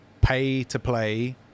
pay-to-play